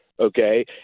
Okay